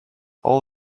all